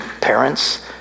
parents